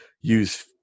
use